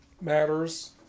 matters